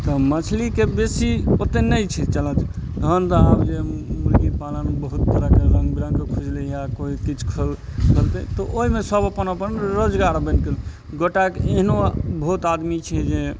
तऽ मछलीके बेसी ओते नहि छै चलन तहन तऽ आब जे मुर्गी पालन बहुत तरहके रङ्ग बिरङ्गके खुजलैहए कोइ किछु खोल खोलतै तऽ ओहिमे सब अपन अपन रोजगार गोटाक एहनो बहुत आदमी छियै जे